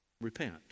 repent